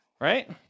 right